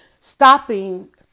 Stopping